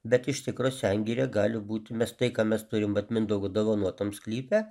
bet iš tikro sengirė gali būti mes tai ką mes turim vat mindaugo dovanotam sklype